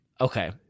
Okay